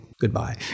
goodbye